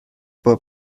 bob